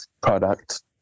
product